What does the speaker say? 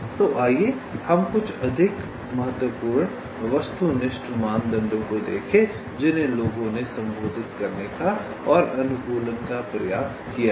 तो आइए हम कुछ अधिक महत्वपूर्ण वस्तुनिष्ठ मानदंडों को देखें जिन्हें लोगों ने संबोधित करने का और अनुकूलन का प्रयास किया है